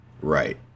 Right